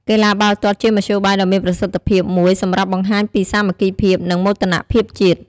កីឡាបាល់ទាត់ជាមធ្យោបាយដ៏មានប្រសិទ្ធភាពមួយសម្រាប់បង្ហាញពីសាមគ្គីភាព និងមោទនភាពជាតិ។